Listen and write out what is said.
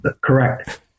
Correct